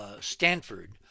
stanford